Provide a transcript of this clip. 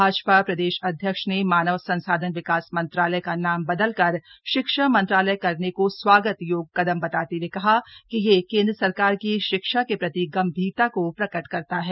भाजपा प्रदेश अध्यक्ष मानव संसाधन विकास मंत्रालय का नाम बदलकर शिक्षा मंत्रालय करने को स्वागत योग्य कदम बताते हए कहा कि यह केंद्र सरकार की शिक्षा के प्रति गम्भीरता को प्रकट करता है